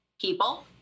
people